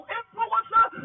influencer